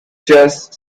just